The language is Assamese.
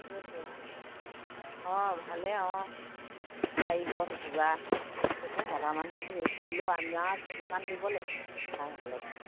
সেইটোৱে ভালেই অঁ মানুহে ধেৰ কৰিলেও আমাৰ চকু কাণ দিব লাগিব